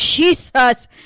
Jesus